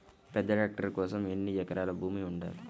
పెద్ద ట్రాక్టర్ కోసం ఎన్ని ఎకరాల భూమి ఉండాలి?